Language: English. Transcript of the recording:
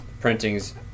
printing's